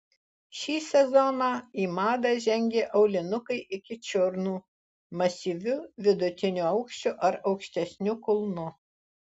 šį sezoną į madą žengė aulinukai iki čiurnų masyviu vidutinio aukščio ar aukštesniu kulnu